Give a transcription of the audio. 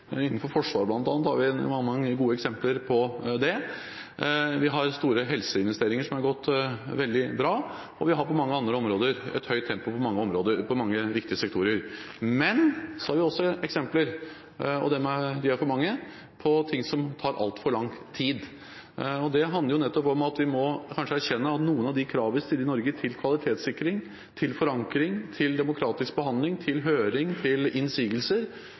Innenfor bl.a. Forsvaret har vi mange gode eksempler på det. Vi har store helseinvesteringer som har gått veldig bra, og vi har på mange andre områder et høyt tempo i mange viktige sektorer. Men vi har også eksempler – og de er for mange – på ting som tar altfor lang tid. Det handler nettopp om at vi kanskje må erkjenne at noen av de kravene vi stiller i Norge til kvalitetssikring, til forankring, til demokratisk behandling, til høring og til innsigelser,